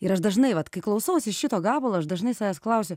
ir aš dažnai vat kai klausausi šito gabalo aš dažnai savęs klausiu